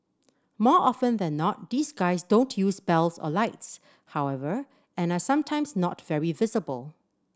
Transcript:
more often than not these guys don't use bells or lights however and are sometimes not very visible